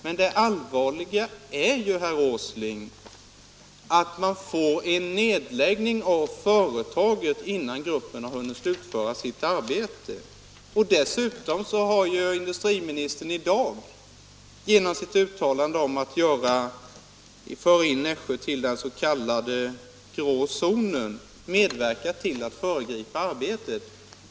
Men det allvarliga är ju, herr Åsling, att man får en nedläggning av företaget innan gruppen har hunnit slutföra sitt arbete. Dessutom har industriministern i dag, genom sitt uttalande om att föra in Nässjö i den s.k. grå zonen, medverkat till att föregripa arbetet.